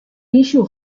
pisu